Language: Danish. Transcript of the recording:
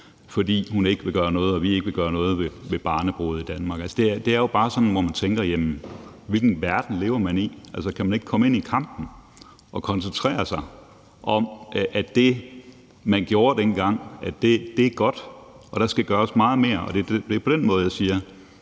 fordi hun og vi ikke vil gøre noget ved barnebrude i Danmark, er det jo bare sådan noget, hvor man tænker: Hvilken verden lever man i? Altså, kan man ikke komme ind i kampen og koncentrere sig om, at det, man gjorde dengang, var godt, og at der skal gøres meget mere? Og det er på den måde, jeg siger,